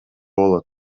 болот